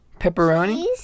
Pepperoni